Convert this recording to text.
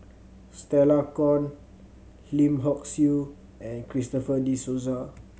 Stella Kon Lim Hock Siew and Christopher De Souza